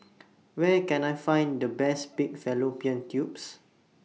Where Can I Find The Best Pig Fallopian Tubes